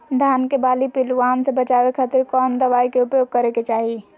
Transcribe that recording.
धान के बाली पिल्लूआन से बचावे खातिर कौन दवाई के उपयोग करे के चाही?